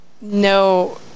no